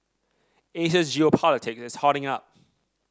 Asia's geopolitic is hotting up